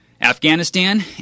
Afghanistan